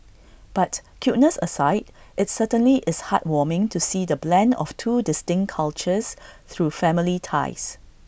but cuteness aside it's certainly is heartwarming to see the blend of two distinct cultures through family ties